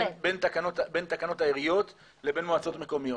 בין תקנות העיריות לבין מועצות מקומיות.